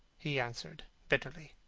he answered bitterly.